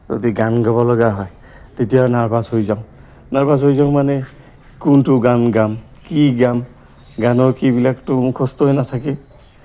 যদি গান গাব লগা হয় তেতিয়া নাৰ্ভাছ হৈ যাওঁ নাৰ্ভাছ হৈ যাওঁ মানে কোনটো গান গাম কি গাম গানৰ কিবিলাকতো মুখস্থ হৈ নাথাকে